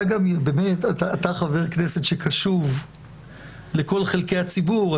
אתה חבר כנסת שקשוב לכל חלקי הציבור,